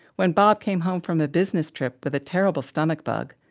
when bob came home from a business trip with a terrible stomach bug,